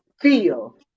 feel